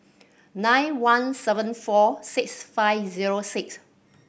nine one seven four six five zero six